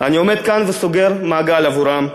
אני עומד כאן וסוגר מעגל עבורם.